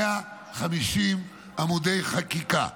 150 עמודי חקיקה.